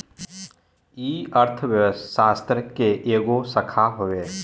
ई अर्थशास्त्र के एगो शाखा हवे